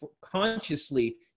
consciously